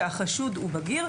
שהחשוד הוא בגיר,